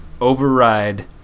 override